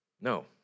No